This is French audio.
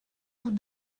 vous